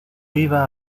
iba